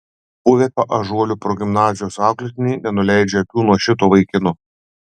buvę paužuolių progimnazijos auklėtiniai nenuleidžia akių nuo šito vaikino